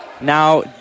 Now